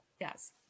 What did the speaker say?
yes